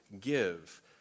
give